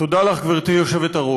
תודה לך, גברתי היושבת-ראש.